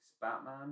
Batman